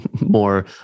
more